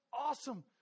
awesome